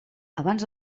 abans